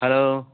hello